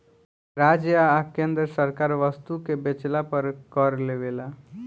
राज्य आ केंद्र सरकार वस्तु के बेचला पर कर लेवेला